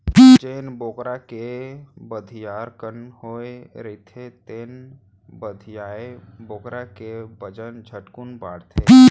जेन बोकरा के बधियाकरन होए रहिथे तेन बधियाए बोकरा के बजन झटकुन बाढ़थे